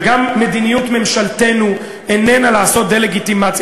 וגם מדיניות ממשלתנו איננה לעשות דה-לגיטימציה,